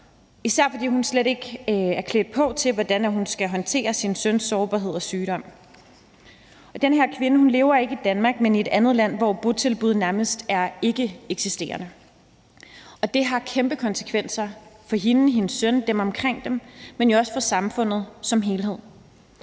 især fordi hun slet ikke er klædt på til at håndtere sin søns sårbarhed og sygdom. Den her kvinde lever ikke i Danmark, men i et andet land, hvor botilbud nærmest er ikkeeksisterende, og det har kæmpe konsekvenser for hende, hendes søn og dem omkring dem, men jo også for samfundet som helhed.